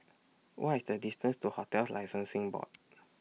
What IS The distance to hotels Licensing Board